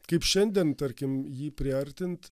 kaip šiandien tarkim jį priartint